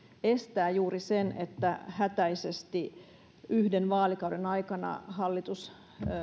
estää juuri sen että hätäisesti yhden vaalikauden aikana hallitus